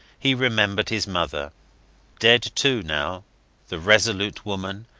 he remembered his mother dead, too, now the resolute woman,